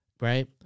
Right